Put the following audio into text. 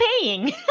paying